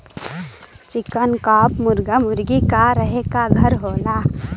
चिकन coop मुरगा मुरगी क रहे क घर होला